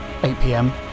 8pm